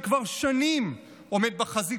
ציבור שכבר שנים עומד בחזית,